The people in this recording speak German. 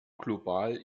global